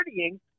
partying